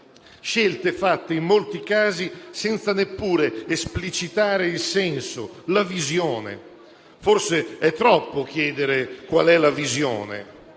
famiglie, fatte in molti casi senza neppure esplicitarne il senso e la visione. Forse è troppo chiedere qual è la visione,